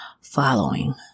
following